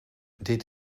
dit